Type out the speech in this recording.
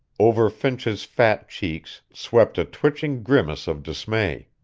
over finch's fat cheeks swept a twitching grimace of dismay.